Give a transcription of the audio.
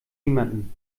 niemandem